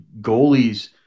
goalies